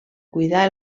cuidar